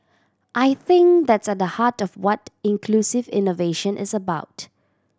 I think that's at the heart of what inclusive innovation is about